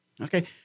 Okay